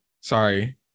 Sorry